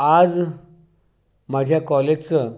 आज माझ्या कॉलेजचं